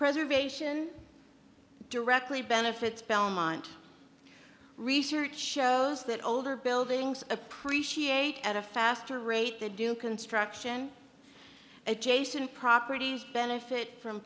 preservation directly benefits belmont research shows that older buildings appreciate at a faster rate they do construction adjacent properties benefit from